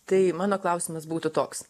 tai mano klausimas būtų toks